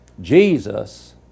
Jesus